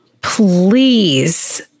please